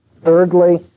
Thirdly